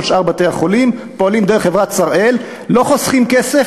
כל שאר בתי-החולים פועלים דרך חברת "שראל"; לא חוסכים כסף,